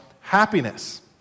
happiness